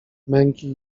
męki